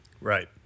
Right